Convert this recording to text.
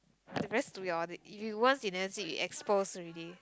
they very stupid orh they if you once you never zip you expose already